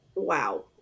wow